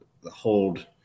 hold